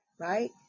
right